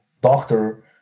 doctor